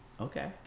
Okay